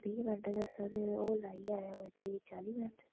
बीह् मिंट दस्से दे हे ते ओह् लाइयै आया त्रीह् चाली मिंट